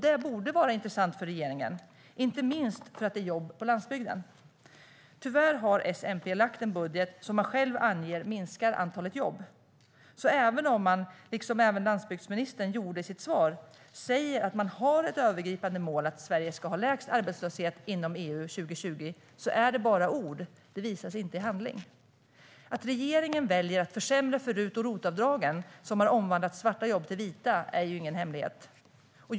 Det borde vara intressant för regeringen, inte minst för att det är jobb på landsbygden. Tyvärr har S-MP lagt en budget som, vilket de själva anger, minskar antalet jobb. Det betyder att även om man, liksom landsbygdsministern gjorde i sitt svar, säger att man har ett övergripande mål att Sverige år 2020 ska ha lägst arbetslöshet inom EU är det bara ord. Det visas inte i handling. Att regeringen väljer att försämra för RUT och ROT-avdragen, som har omvandlat svarta jobb till vita, är ingen hemlighet.